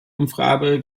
umfrage